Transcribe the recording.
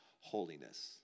holiness